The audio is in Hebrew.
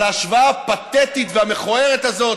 על ההשוואה הפתטית והמכוערת הזאת